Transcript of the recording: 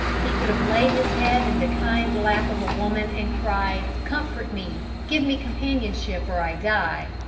he could have laid his head in the kind lap of a woman and cried comfort me! give me companionship or i die!